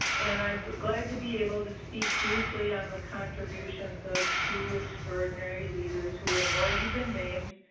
and i'm glad to be able to speak briefly on the contributions of two extraordinary leaders who have already been named,